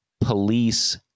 police